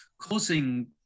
causing